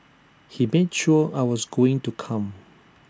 he made sure I was going to come